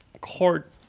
Court